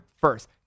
first